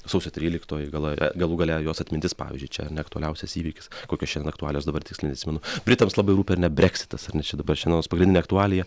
sausio tryliktoji gale galų gale jos atmintis pavyzdžiui čia ne aktualiausias įvykis kokios šiandien aktualijos dabar tiksliai neatsimenu britams labiau rūpi ar ne breksitas ar ne čia dabar šiandienos pagrindinė aktualija